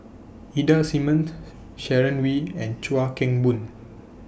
Ida Simmons Sharon Wee and Chuan Keng Boon